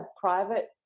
private